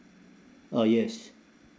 uh yes